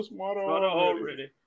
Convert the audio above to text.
already